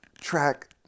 track